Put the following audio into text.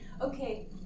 Okay